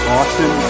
Austin